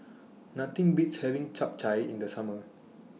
Nothing Beats having Chap Chai in The Summer